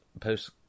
post